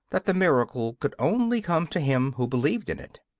that the miracle could only come to him who believed in it.